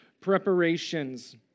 Preparations